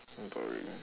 you're boring me